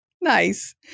Nice